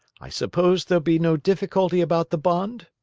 i suppose there'll be no difficulty about the bond?